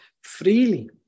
freely